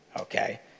okay